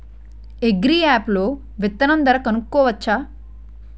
Agri app లో విత్తనం ధర కనుకోవచ్చా?